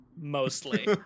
Mostly